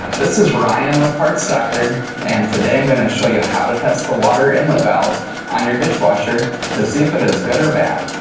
this is ryan with parts dr and today i am going to show you how to test the water inlet valve on your dishwasher to see if it is good or bad.